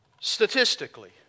Statistically